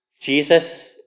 Jesus